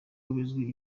bizwi